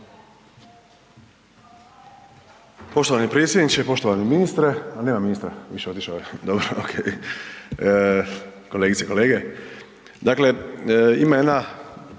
Poštovani predsjedniče, poštovani ministre, a nema ministra više, otišao je, dobro okej, kolegice i kolege. Dakle, ima jedna